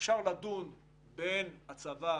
אפשר לדון בין הצבא